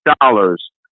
dollars